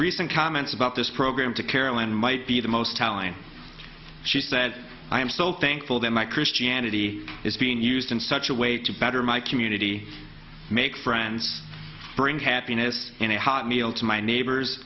recent comments about this program to carolyn might be the most telling she's that i am so thankful that my christianity is being used in such a way to better my community make friends bring happiness in a high miele to my neighbors